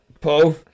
Paul